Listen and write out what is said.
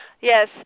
Yes